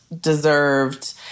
deserved